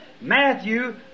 Matthew